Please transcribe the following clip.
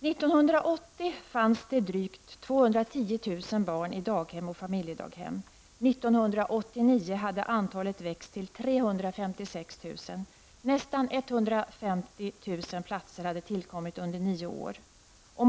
1980 fanns det drygt 210 000 barn i daghem och familjedaghem. 1989 hade antalet växt till 356 000, nästan 150 000 platser hade tillkommit under nio år.